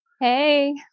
Hey